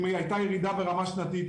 אם הייתה ירידה ברמה השנתית.